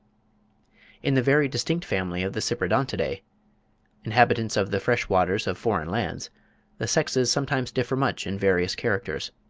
in the very distinct family of the cyprinodontidae inhabitants of the fresh waters of foreign lands the sexes sometimes differ much in various characters.